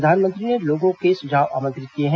प्रधानमंत्री ने लोगों के सुझाव आमंत्रित किये हैं